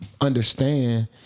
Understand